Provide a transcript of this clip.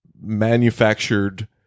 manufactured